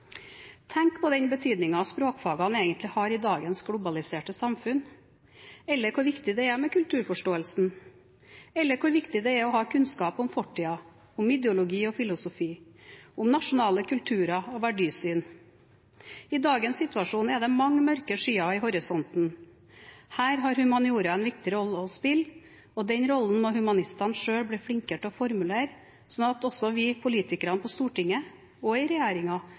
Tenk på den betydningen språkfagene egentlig har i dagens globaliserte samfunn, eller hvor viktig det er med kulturforståelsen, eller hvor viktig det er å ha kunnskap om fortiden, om ideologi og filosofi, om nasjonale kulturer og verdisyn. I dagens situasjon er det mange mørke skyer i horisonten. Her har humaniora en viktig rolle å spille, og den rollen må humanistene selv bli flinkere til å formulere, slik at også vi politikere på Stortinget og i